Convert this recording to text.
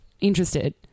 interested